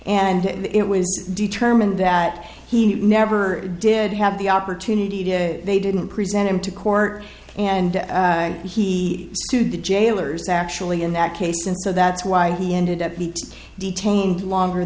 and it was determined that he never did have the opportunity to they didn't present him to court and he sued the jailers actually in that case and so that's why he ended up the detained longer